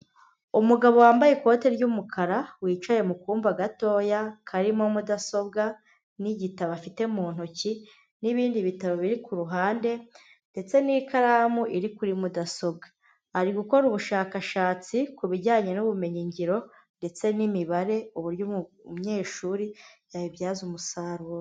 Umugabo wambaye ikoti ry'umukara, wicaye mu kumba gatoya karimo mudasobwa n'igitabo afite mu ntoki n'ibindi bitaro biri ku ruhande ndetse n'ikaramu iri kuri mudasobwa. Ari gukora ubushakashatsi ku bijyanye n'ubumenyi ngiro ndetse n'imibare uburyo umunyeshuri yayibyaza umusaruro.